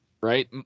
Right